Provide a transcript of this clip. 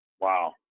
Wow